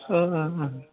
ओ ओ ओ